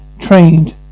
trained